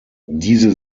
diese